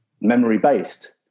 memory-based